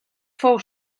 fou